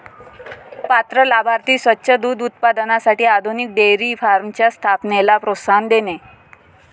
पात्र लाभार्थी स्वच्छ दूध उत्पादनासाठी आधुनिक डेअरी फार्मच्या स्थापनेला प्रोत्साहन देणे